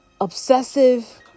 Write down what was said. obsessive